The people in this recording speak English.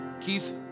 Keith